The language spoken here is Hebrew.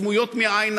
סמויות מהעין,